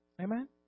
Amen